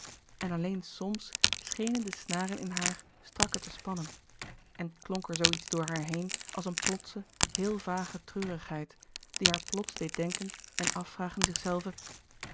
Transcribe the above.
en alleen soms schenen de snaren in haar strakker te spannen en klonk er zoo iets door haar heen als een plotse heel vage treurigheid die haar plots deed denken en afvragen zichzelve